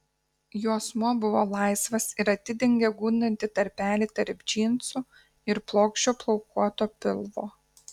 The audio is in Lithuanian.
juosmuo buvo laisvas ir atidengė gundantį tarpelį tarp džinsų ir plokščio plaukuoto pilvo